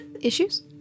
Issues